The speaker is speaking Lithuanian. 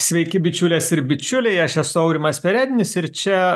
sveiki bičiulės ir bičiuliai aš esu aurimas perednis ir čia